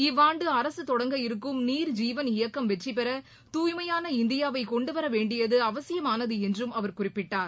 இவ்வாண்டு அரசு தொடங்க இருக்கும் நீர் ஜீவன் இயக்கம் வெற்றிபெற தூய்மையான இந்தியாவை கொண்டுவரவேண்டியது அவசியமானது என்றும் அவர் குறிப்பிட்டார்